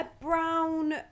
brown